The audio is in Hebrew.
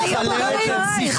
עבורנו.